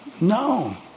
no